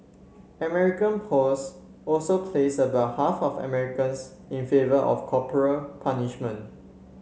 American polls also placed about half of Americans in favour of corporal punishment